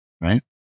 right